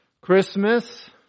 Christmas